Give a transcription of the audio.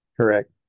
Correct